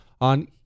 on